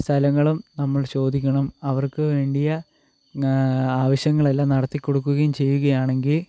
സ്ഥലങ്ങളും നമ്മൾ ചോദിക്കണം അവർക്ക് വേണ്ടിയുള്ള ആവശ്യങ്ങളെല്ലാം നടത്തി കൊടുക്കുകയും ചെയ്യുകയാണെങ്കിൽ